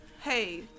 Hey